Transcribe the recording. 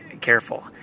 careful